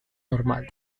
normal